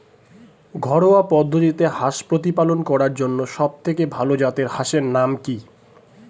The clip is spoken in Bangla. ঘরোয়া পদ্ধতিতে হাঁস প্রতিপালন করার জন্য সবথেকে ভাল জাতের হাঁসের নাম কি?